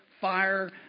fire